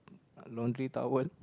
a laundry towel